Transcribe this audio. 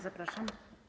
Zapraszam.